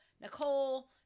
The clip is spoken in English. Nicole